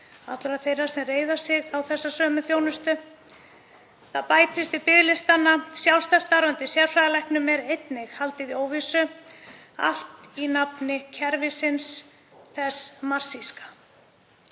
allra þeirra sem reiða sig á þessa sömu þjónustu. Það bætist við biðlistana. Sjálfstætt starfandi sérfræðilæknum er einnig haldið í óvissu, allt í nafni kerfisins, þess marxíska.